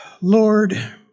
Lord